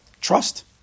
Trust